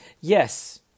Yes